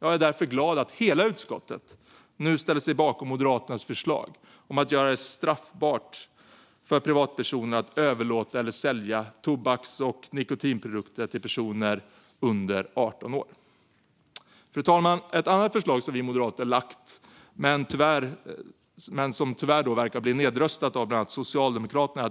Jag är därför glad att hela utskottet nu ställer sig bakom Moderaternas förslag att göra det straffbart för privatpersoner att överlåta eller sälja tobaks och nikotinprodukter till personer under 18 år. Fru talman! Vi moderater har lagt fram ett annat förslag, som tyvärr verkar bli nedröstat av bland andra Socialdemokraterna.